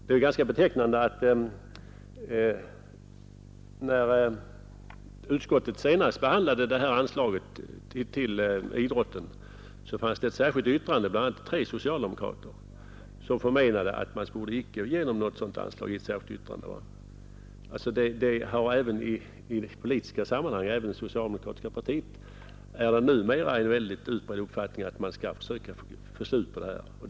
Det är ganska betecknande att när kulturutskottet senast behandlade anslaget till idrotten fanns det ett särskilt yttrande från bl.a. tre socialdemokrater som förmenade att man borde icke ge något anslag till detta ändamål. I politiska sammanhang finns det alltså — även inom socialdemokratiska partiet — en utbredd uppfattning att man måste försöka få slut på boxningen.